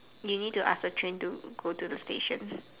we need to ask a train to go to the station